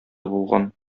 булган